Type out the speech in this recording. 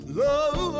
love